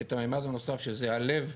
את המימד הנוסף שזה הלב,